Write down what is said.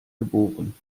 geboren